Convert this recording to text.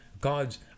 god's